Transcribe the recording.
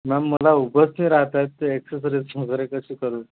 ma'am मला उभंच नाही राहता येत तर एक्सरसाइज वगैरे कशी करू